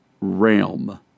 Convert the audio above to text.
realm